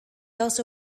also